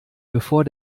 bevor